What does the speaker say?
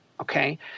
Okay